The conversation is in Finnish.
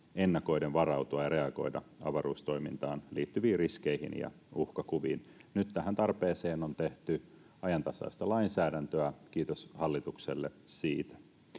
ennakoiden varautua ja reagoida avaruustoimintaan liittyviin riskeihin ja uhkakuviin. Nyt tähän tarpeeseen on tehty ajantasaista lainsäädäntöä — kiitos hallitukselle siitä.